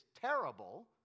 terrible